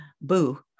boo